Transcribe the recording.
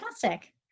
Fantastic